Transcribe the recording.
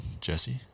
jesse